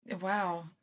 Wow